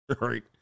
right